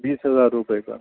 بیس ہزار روپے کا